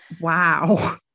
wow